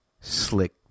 slick